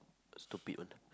a stupid one lah